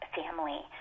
family